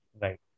Right